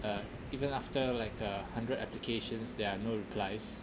uh even after like a hundred applications there are no replies